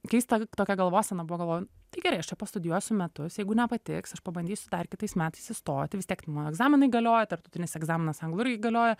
keista tokia galvosena buvo galvoj tai gerai aš čia pastudijuosiu metus jeigu nepatiks aš pabandysiu dar kitais metais įstoti vis tiek nu egzaminai galioja tarptautinis egzaminas anglų irgi galioja